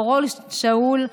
אורון שאול,